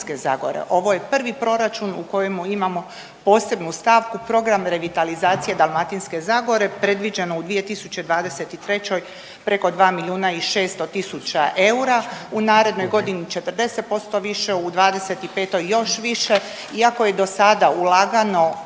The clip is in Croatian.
ovo je prvi proračun u kojemu imamo posebnu stavku Program revitalizacije Dalmatinske zagore predviđene u 2023. preko 2 milijuna i 600 tisuća eura, u narednoj godini 40% više, u 2025. još više iako je do sada ulagano